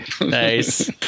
Nice